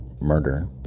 murder